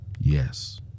Yes